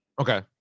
okay